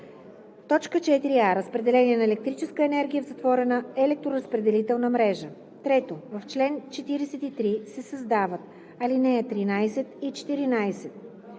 т. 4а: „4а. разпределение на електрическа енергия в затворена електроразпределителна мрежа;“. 3. В чл. 43 се създават ал. 13 и 14: